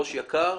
ראש יק"ר,